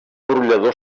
brollador